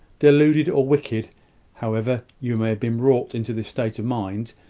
deluded, or wicked however you may have been wrought into this state of mind,